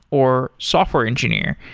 or software engineer,